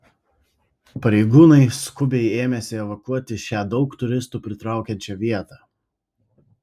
pareigūnai skubiai ėmėsi evakuoti šią daug turistų pritraukiančią vietą